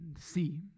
see